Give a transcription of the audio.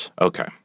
Okay